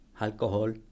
alcohol